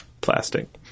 plastic